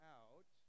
out